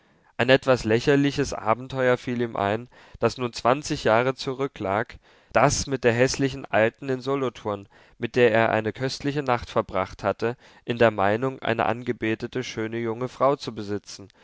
ein etwas lächerliches abenteuer fiel ihm ein das nun zwanzig jahre zurücklag das mit der häßlichen alten in solothurn mit der er eine köstliche nacht verbracht hatte in der meinung eine angebetete schöne junge frau zu besitzen